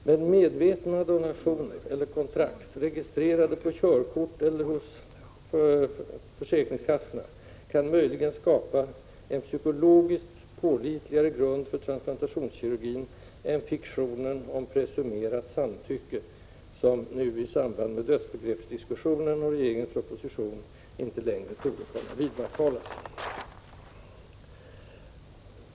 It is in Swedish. Men medvetna donationer eller kontrakt, registrerade på körkort eller hos försäkringskassan, kan möjligen skapa en psykologiskt pålitligare grund för transplantationskirurgin än fiktionen om ”presumerat samtycke”, som nu i samband med dödsbegreppsdiskussionen och regeringens proposition inte längre torde kunna vidmakthållas.